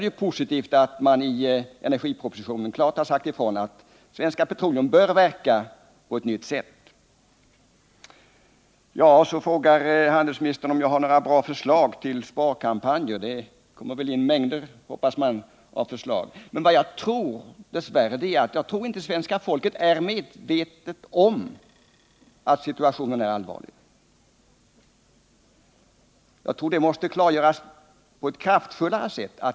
Det är positivt att man i energipropositionen klart har sagt ifrån att Svenska Petroleum bör verka på ett nytt sätt. Så frågar handelsministern om jag har några bra förslag till sparkampanjer. Ja, man hoppas väl att det kommer in mängder av sådana förslag. Men jag tror dess värre inte att svenska folket riktigt är medvetet om att situationen är allvarlig. Detta måste klargöras på ett kraftfullare sätt.